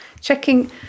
checking